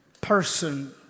person